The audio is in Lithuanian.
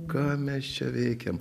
ką mes čia veikiam